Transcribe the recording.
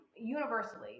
universally